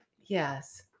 yes